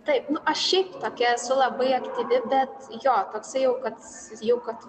taip nu aš šiaip tokia esu labai aktyvi bet jo toksai jau kad jau kad